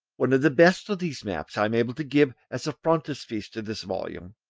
one of the best of these maps i am able to give as a frontispiece to this volume,